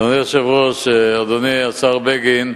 אדוני היושב-ראש, אדוני השר בגין,